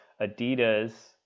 adidas